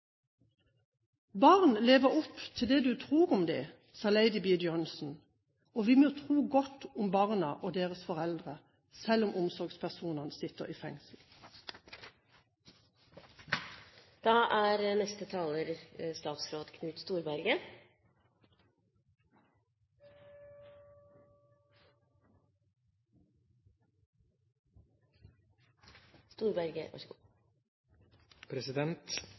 opp til det du tror om dem», sa Lady B. Johnson. Vi må tro godt om barna og deres foreldre, selv om omsorgspersonene sitter i